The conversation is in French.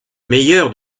meilleur